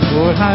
Lord